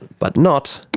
but not,